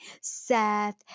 Seth